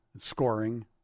scoring